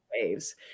waves